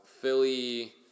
Philly